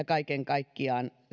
kaiken kaikkiaan